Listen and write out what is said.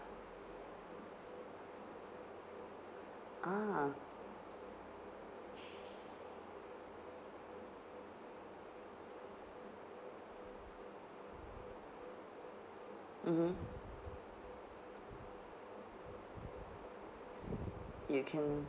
ah mmhmm you can